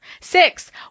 six